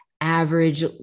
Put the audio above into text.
average